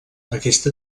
aquesta